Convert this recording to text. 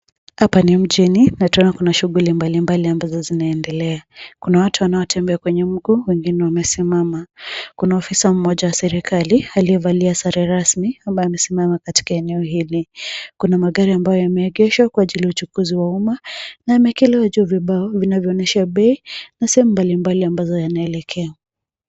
Hapa ni mjini na tunaona kuna shughuli mbalimbali ambazo zinaendelea, kuna watu wanaotembea kwenye miguu wengine wamesimama. Kuna ofisa mmoja wa serikali aliyevalia sare rasmi ambaye amesimama katika eneo hili. Kuna magari ambayo yameegeshwa kwa ajili ya uchukuzi wa umma na imeekelewa juu vibao vinayoonyesha bei na sehemu mbalimbali ambazo yanaelekea.